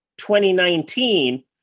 2019